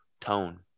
tone